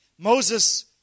Moses